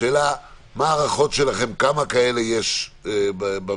השאלה מה ההערכות שלכם, כמה כאלה יש במדינה